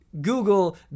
Google